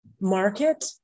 market